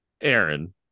Aaron